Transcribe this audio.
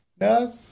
No